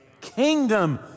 kingdom